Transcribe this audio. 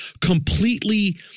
completely